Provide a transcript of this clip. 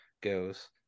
goes